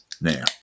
now